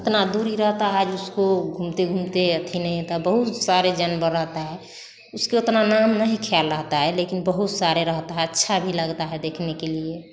इतना दूरी रहता है जिसको घूमते घूमते अथी नही नहीं रहता बहुत सारे जानवर रहते हैं इसको उतना नाम नहीं ख्याल रहता है लेकिन बहुत सारे रहता है अच्छा भी लगता है देखने के लिए